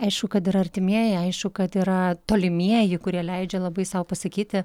aišku kad yra artimieji aišku kad yra tolimieji kurie leidžia labai sau pasakyti